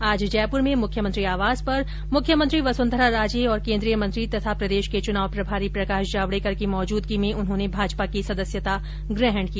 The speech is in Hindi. आज जयपुर में मुख्यमंत्री आवास पर मुख्यमंत्री वसुंधरा राजे और केन्द्रीय मंत्री तथा प्रदेश के चुनाव प्रभारी प्रकाश जावडेकर की मौजूदगी में उन्होंने भाजपा की सदस्यता ग्रहण की